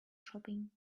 shopping